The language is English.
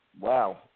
Wow